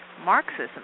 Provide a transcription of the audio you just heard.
Marxism